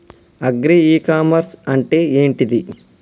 Agri e commerce అంటే ఏంటిది?